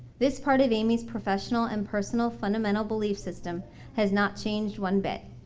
this part of amy's professional and personal fundamental belief system has not changed one bit.